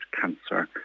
cancer